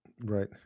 Right